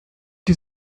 die